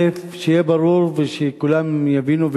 שיהיה ברור ושכולם יבינו,